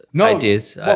ideas